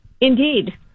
Indeed